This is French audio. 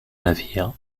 navire